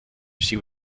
she